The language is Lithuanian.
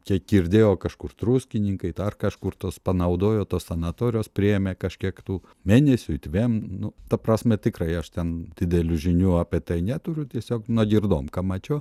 kiek girdėjau kažkur druskininkai dar kažkur tos panaudojo tos sanatorijos priėmė kažkiek tų mėnesiui dviem nu ta prasme tikrai aš ten didelių žinių apie tai neturiu tiesiog nugirdom ką mačiau